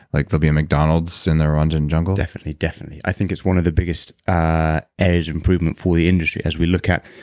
like there'll be a mcdonald's in the rwandan jungle? definitely, definitely. i think is one of the biggest ah edge improvement for the industry. as we look at.